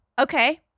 Okay